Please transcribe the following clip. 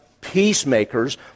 peacemakers